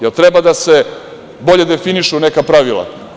Da li treba da se bolje definišu neka pravila?